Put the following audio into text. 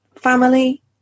family